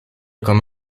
comme